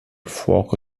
fuoco